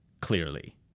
clearly